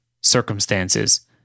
circumstances